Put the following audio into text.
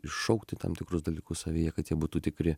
iššaukti tam tikrus dalykus savyje kad jie būtų tikri